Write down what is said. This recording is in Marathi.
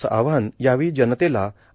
असं आवाहन यावेळी जनतेला एड